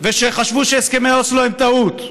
ושחשבו שהסכמי אוסלו הם טעות.